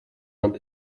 над